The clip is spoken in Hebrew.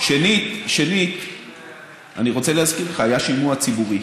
שנית, אני רוצה להזכיר לך, היה שימוע ציבורי,